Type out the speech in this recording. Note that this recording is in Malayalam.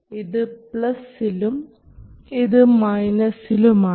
ഇത് പ്ലസ്സിലും ഇത് മൈനസിലും ആണ്